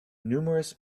numerous